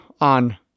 on